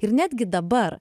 ir netgi dabar